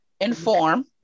Inform